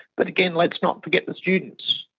but again, let's not forget the students.